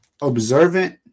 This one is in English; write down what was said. observant